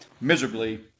miserably